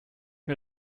mir